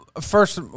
first